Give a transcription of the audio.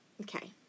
okay